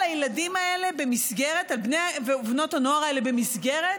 הילדים האלה ובני ובנות הנוער האלה במסגרת,